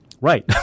Right